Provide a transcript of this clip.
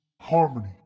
harmony